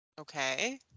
Okay